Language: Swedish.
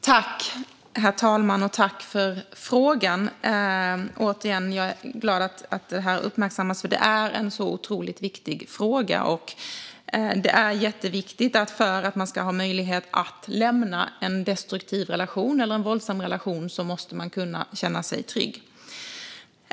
Herr talman! Jag tackar för frågan. Återigen är jag glad för att denna fråga uppmärksammas. Det är en otroligt viktig fråga. För att man ska ha möjlighet att lämna en destruktiv relation eller en våldsam relation är det viktigt att man känner sig trygg.